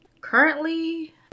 Currently